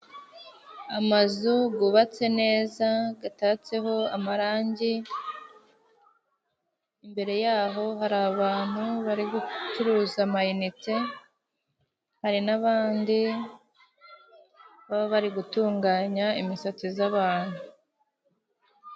Amazu gubatse neza, gatatseho amarangi, imbere y'aho hari abantu bari gucuruza ama inite, hari n'abandi baba bari gutunganya imisatsi z'abantu.